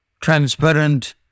transparent